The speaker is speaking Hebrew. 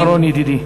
משפט אחרון, ידידי.